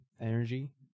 energy